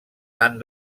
han